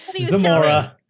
Zamora